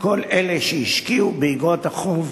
כל אלה שהשקיעו באיגרות החוב,